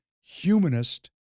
humanist